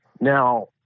Now